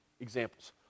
examples